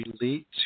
relate